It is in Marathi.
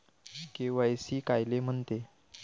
के.वाय.सी कायले म्हनते?